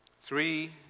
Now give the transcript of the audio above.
Three